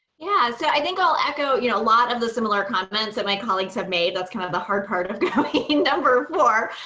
yeah so i think i'll echo a you know lot of the similar comments that my colleagues have made. that's kind of the hard part of going number four.